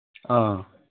ꯑꯥ